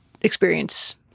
experience